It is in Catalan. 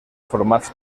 formats